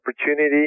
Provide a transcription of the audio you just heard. opportunity